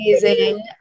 amazing